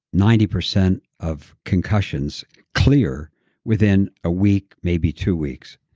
ninety percent of concussions clear within a week maybe two weeks.